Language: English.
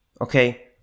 Okay